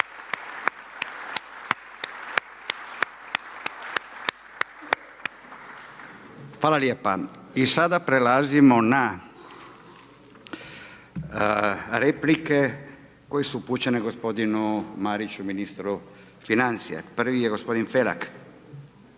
Hvala lijepa. I sada prelazimo na replike koje su upućene gospodinu Mariću, ministru financija. Prvi je gospodin Felak.